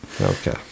Okay